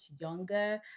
younger